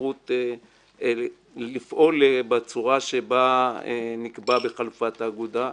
אפשרות לפעול בצורה שבה נקבע בחלופת האגודה.